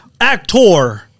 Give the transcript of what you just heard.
actor